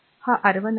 हा R1 आहे